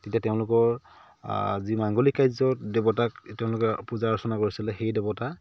তেতিয়া তেওঁলোকৰ যি মাঙ্গলিক কাৰ্য্যৰ দেৱতাক তেওঁলোকে পূজা অৰ্চনা কৰিছিলে সেই দেৱতা